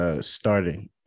starting